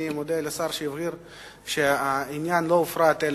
אני מודה לשר שהבהיר שהעניין לא הופרט,